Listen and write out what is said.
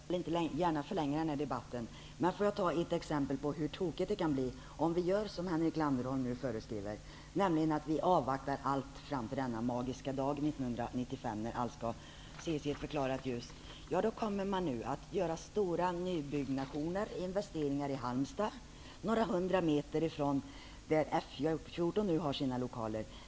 Herr talman! Jag upprepar att jag inte gärna vill förlänga debatten. Men jag vill ge ett exempel på hur tokigt det kan bli om vi gör som Henrik Landerholm här föreskriver, dvs. om vi väntar med allt och avvaktar den magiska dagen 1995 när allt skall ses i ett förklarat ljus. Vad som kommer att ske är stora nybyggnationer och investeringar i Halmstad bara några hundra meter från den plats där F 14 för närvarande har sina lokaler.